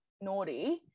naughty